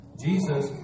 Jesus